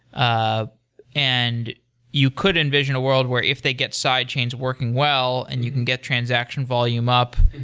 ah and you could envision a world where if they get side chains working well and you can get transaction volume up,